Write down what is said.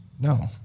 No